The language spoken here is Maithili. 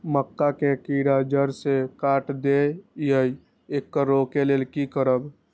मक्का के कीरा जड़ से काट देय ईय येकर रोके लेल की करब?